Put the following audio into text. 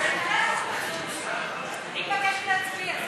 אני מבקשת להצביע.